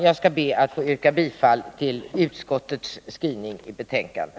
Jag ber att få yrka bifall till vad utskottet har hemställt i sitt betänkande.